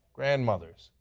grandmothers,